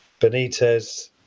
Benitez